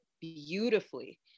beautifully